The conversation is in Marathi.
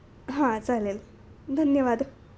हां चालेल धन्यवाद